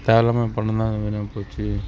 தேவை இல்லாமல் பணம் தான் வீணாக போச்சு